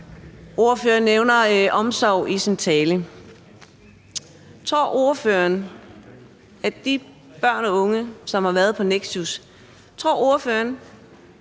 Ordføreren nævner omsorg i sin tale. Tror ordføreren, at de børn og unge, som har været på Nexus, føler,